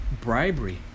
bribery